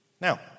Now